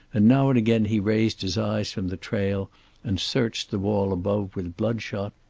and now and again he raised his eyes from the trail and searched the wall above with bloodshot,